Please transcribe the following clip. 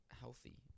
healthy